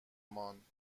ماند